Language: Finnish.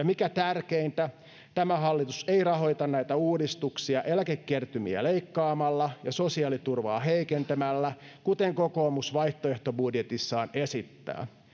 mikä tärkeintä tämä hallitus ei rahoita näitä uudistuksia eläkekertymiä leikkaamalla ja sosiaaliturvaa heikentämällä kuten kokoomus vaihtoehtobudjetissaan esittää